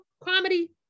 comedy